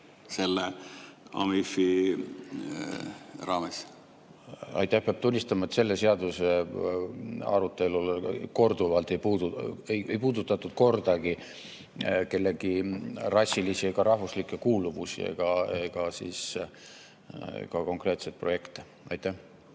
selle AMIF-i raames? Aitäh! Peab tunnistama, et selle seaduseelnõu arutelul ei puudutatud kordagi kellegi rassilist ega rahvuslikku kuuluvust ega ka konkreetseid projekte. Aitäh!